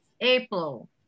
April